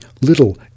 little